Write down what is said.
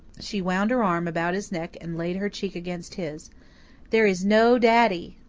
she wound her arm about his neck and laid her cheek against his there is no daddy!